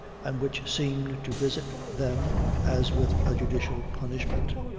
and which seemed to visit them as with a judicial punishment.